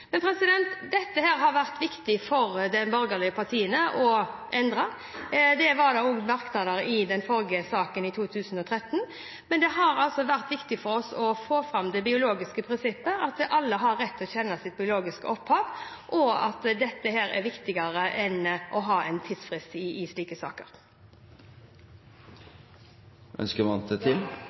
men det har altså vært viktig for oss å få fram det biologiske prinsippet, at alle har rett til å kjenne sitt biologiske opphav, og at dette er viktigere enn å ha en tidsfrist i slike saker.